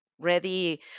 ready